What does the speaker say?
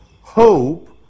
hope